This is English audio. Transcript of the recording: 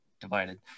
divided